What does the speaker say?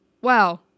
wow